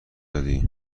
دادی